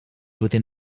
within